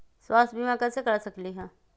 स्वाथ्य बीमा कैसे करा सकीले है?